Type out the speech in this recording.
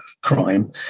crime